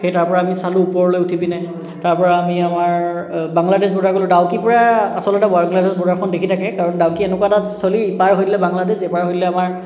সেই তাৰ পৰা আমি চালোঁ ওপৰলৈ উঠি পিনে তাৰ পৰা আমি আমাৰ বাংলাদেশ ব'ৰ্ডাৰ গ'লোঁ ডাউকি পৰা আচলতে বাংলাদেশ ব'ৰ্ডাৰখন দেখি থাকে কাৰণ ডাউকি এনেকুৱা এটা স্থলী ইপাৰ হ'লে বাংলাদেশ এইপাৰ হ'লে আমাৰ